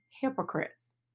hypocrites